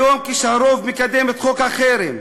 היום, כשהרוב מקדם את חוק החרם,